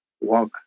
walk